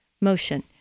motion